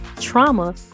trauma